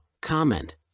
comment